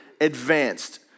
advanced